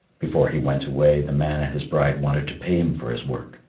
before he went away, the man and his bride wanted to pay him for his work,